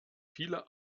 viele